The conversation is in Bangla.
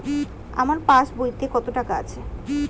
আমার পাস বইতে কত টাকা আছে?